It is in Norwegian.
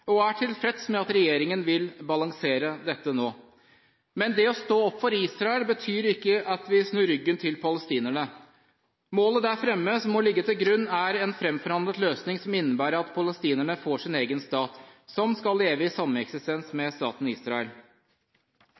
og er tilfreds med at regjeringen vil balansere dette nå. Men det å stå opp for Israel betyr ikke at vi snur ryggen til palestinerne. Målet der framme, som må ligge til grunn, er en framforhandlet løsning som innebærer at palestinerne får sin egen stat, som skal leve i sameksistens med staten Israel.